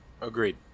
Agreed